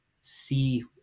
see